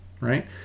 right